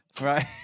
right